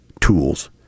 tools